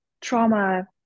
trauma